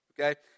Okay